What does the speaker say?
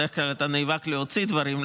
בדרך כלל אתה נאבק להוציא דברים,